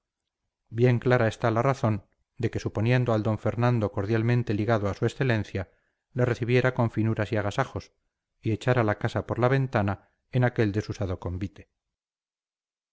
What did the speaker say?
bien clara está la razón de que suponiendo al don fernando cordialmente ligado a su excelencia le recibiera con finuras y agasajos y echara la casa por la ventana en aquel desusado convite